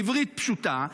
בעברית פשוטה,